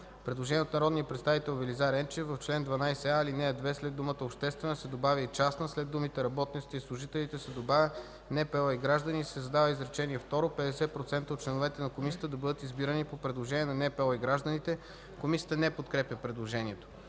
Предложение от народния представител Велизар Енчев: „В чл. 12а, ал. 2 след думата „обществена” се добавя „и частна”, след думите „работниците и служителите” се добавя „НПО и граждани” и се създава изречение трето: „50% от членовете на Комисията да бъдат избирани по предложения на НПО и гражданите.” Комисията не подкрепя предложението.